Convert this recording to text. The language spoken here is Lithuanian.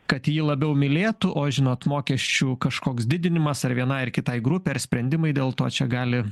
kad jį labiau mylėtų o žinot mokesčių kažkoks didinimas ar vienai ar kitai grupei ar sprendimai dėl to čia gali